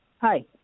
Hi